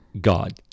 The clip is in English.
god